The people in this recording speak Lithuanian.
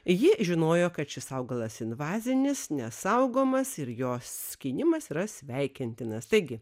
ji žinojo kad šis augalas invazinis nesaugomas ir jos skynimas yra sveikintinas taigi